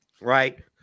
right